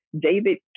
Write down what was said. David